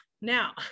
Now